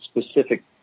specific